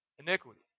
Iniquity